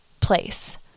place